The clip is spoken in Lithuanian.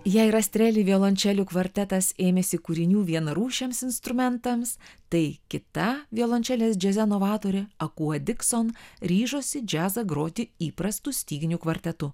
jei rastreli violončelių kvartetas ėmėsi kūrinių vienarūšiams instrumentams tai kita violončelės džiaze inovatorė akuodikson ryžosi džiazą groti įprastu styginių kvartetu